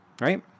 right